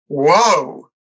Whoa